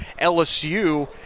LSU